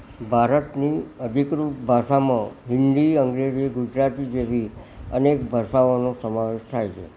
ભારતની અધિકૃત ભાષામાં હિન્દી અંગ્રેજી ગુજરાતી જેવી અનેક ભાષાઓનો સમાવેશ થાય છે